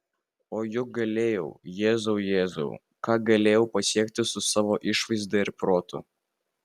o juk galėjau jėzau jėzau ką galėjau pasiekti su savo išvaizda ir protu